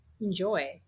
enjoy